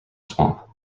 swamp